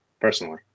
personally